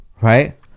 right